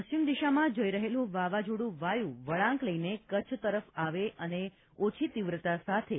પશ્ચિમ દિશામાં જઈ રહેલું વાવાઝોડું વાયુ વળાંક લઈને કચ્છ તરફ આવે અને ઓછી તીવ્રતા સાથે તા